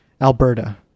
Alberta